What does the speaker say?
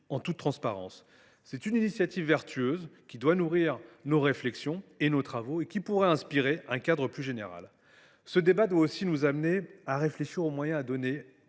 en toute transparence. C’est une initiative vertueuse, qui doit nourrir nos réflexions et pourrait inspirer un cadre plus général. Ce débat doit aussi nous amener à réfléchir aux moyens à donner